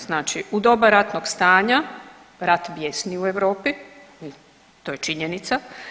Znači u doba ratnog stanja, rat bijesni u Europi, to je činjenica.